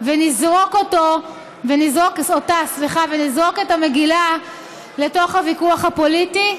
ונזרוק אותה לתוך הוויכוח הפוליטי.